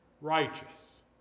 righteous